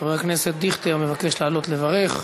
חבר הכנסת דיכטר מבקש לעלות לברך.